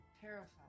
Terrified